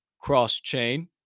cross-chain